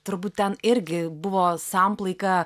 turbūt ten irgi buvo samplaika